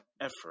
effort